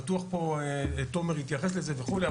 בטוח שתומר יתייחס לזה וכולי,